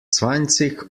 zwanzig